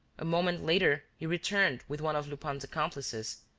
a moment later, you returned with one of lupin's accomplices,